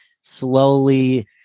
slowly